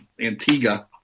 Antigua